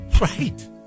Right